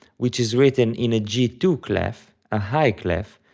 which is written in a g two clef, a high clef,